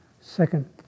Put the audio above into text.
second